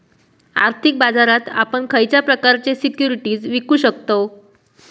आर्थिक बाजारात आपण खयच्या प्रकारचे सिक्युरिटीज विकु शकतव?